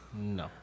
No